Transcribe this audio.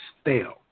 stale